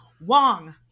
Wong